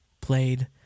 played